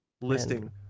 listing